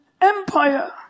Empire